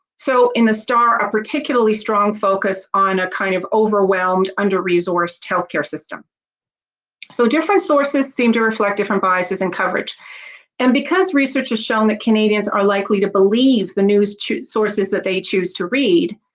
so in the star a particularly strong focus on a kind of overwhelmed under-resourced healthcare system so different sources seem to reflect different biases in coverage and because research has shown that canadians are likely to believe the news to sources that they choose to read,